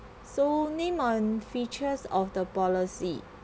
so name on features of the policy